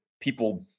people